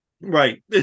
Right